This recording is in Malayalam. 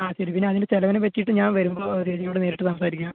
ആ ശരി പിന്നതിൻ്റെ ചെലവിനെ പറ്റിയിട്ട് ഞാൻ വരുമ്പോൾ ചേച്ചിയോട് നേരിട്ട് സംസാരിക്കാം